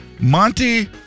Monty